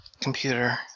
computer